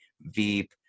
Veep